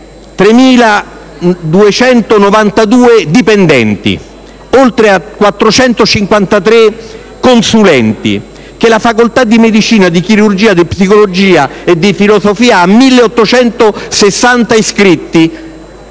3.292 dipendenti e 453 consulenti, che le facoltà di medicina, di chirurgia, di psicologia e di filosofia hanno 1.860 iscritti.